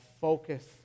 focus